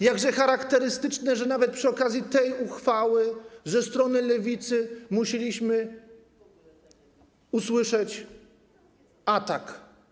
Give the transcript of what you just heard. Jakże charakterystyczne, że nawet przy okazji tej uchwały ze strony Lewicy musieliśmy usłyszeć atak.